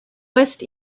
west